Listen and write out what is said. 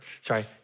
Sorry